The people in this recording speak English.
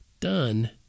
done